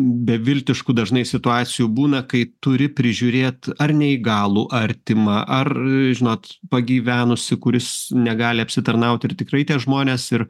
beviltiškų dažnai situacijų būna kai turi prižiūrėt ar neįgalų artimą ar žinot pagyvenusį kuris negali apsitarnauti ir tikrai tie žmonės ir